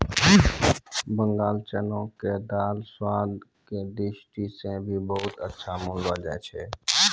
बंगाल चना के दाल स्वाद के दृष्टि सॅ भी बहुत अच्छा मानलो जाय छै